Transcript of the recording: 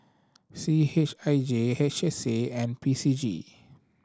C H I J H S A and P C G